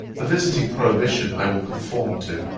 the visiting prohibition i will conform to.